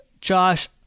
Josh